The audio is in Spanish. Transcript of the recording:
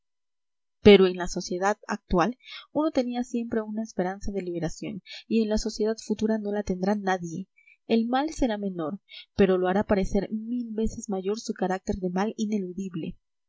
pero en la sociedad actual uno tenía siempre una esperanza de liberación y en la sociedad futura no la tendrá nadie el mal será menor pero lo hará parecer mil veces mayor su carácter de mal ineludible